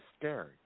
scary